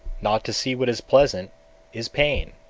not to see what is pleasant is pain,